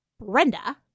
Brenda